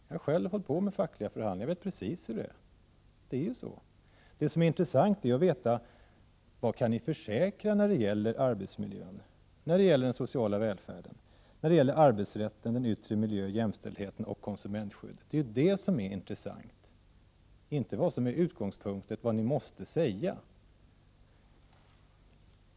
Jag har självt hållit på med fackliga förhandlingar och vet precis hur det är. Det som är intressant är att veta: Vad kan ni försäkra när det gäller arbetsmiljön, den sociala välfärden, arbetsrätten, den yttre miljön, jämställdheten och konsumentskyddet? Det är detta som är intressant, inte vad som är utgångspunkten och vad ni måste säga.